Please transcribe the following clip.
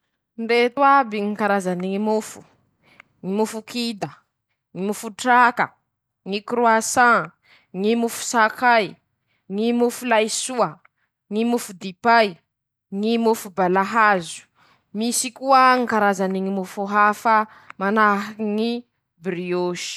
Ndreto iaby ñy karazany ñy mofo: - Mofo kida; mofo traka; ñy kroasan; ñy mofo sakay; ñy mofo laisoa; ñy mofo dipay; ñy mofo balahazo; misy koa ñy karazany mofo hafa manahaky ñy briô.